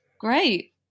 great